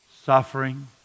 suffering